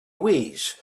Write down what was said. ways